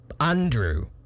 Andrew